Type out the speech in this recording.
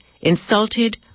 insulted